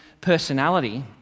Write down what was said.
personality